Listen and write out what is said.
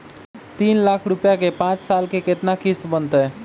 तीन लाख रुपया के पाँच साल के केतना किस्त बनतै?